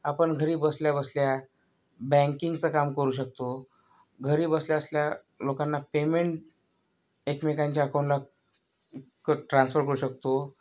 आपण घरी बसल्या बसल्या त्या बँकिंगचं काम करू शकतो घरी बसल्या बसल्या लोकांना पेमेंट एकमेकांच्या अकांऊटला ट्रान्स्फर करू शकतो